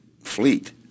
fleet